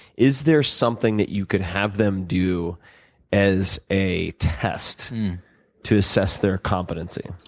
is there something that you could have them do as a test to assess their competency?